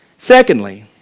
Secondly